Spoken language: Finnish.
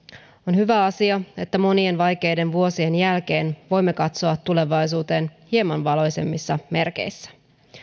on hyvä asia että monien vaikeiden vuosien jälkeen voimme katsoa tulevaisuuteen hieman valoisammissa merkeissä